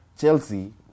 Chelsea